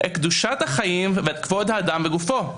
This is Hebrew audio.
את קדושת החיים וכבוד האדם וגופו,